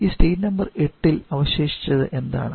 ഈ state number 8 ൽ അവശേഷിച്ചത് എന്താണ്